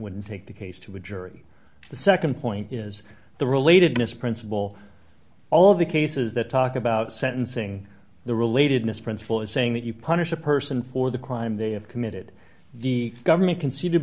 wouldn't take the case to a jury the nd point is the relatedness principle all of the cases that talk about sentencing the relatedness principle is saying that you punish a person for the crime they have committed the government conceded